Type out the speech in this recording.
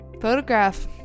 photograph